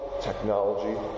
technology